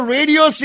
Radio